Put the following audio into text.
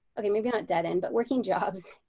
okay, maybe not dead end but working jobs